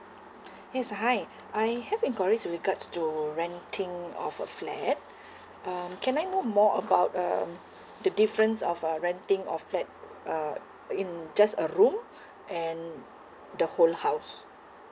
yes uh hi I have enquiries with regards to renting of a flat um can I know more about um the difference of uh renting of flat uh in just a room and the whole house